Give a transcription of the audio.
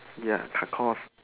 ya cut cost